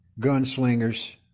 gunslingers